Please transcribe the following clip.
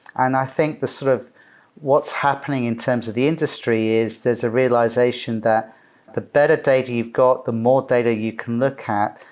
and i think sort of what's happening in terms of the industry is there's a realization that the better data you've got, the more data you can look at,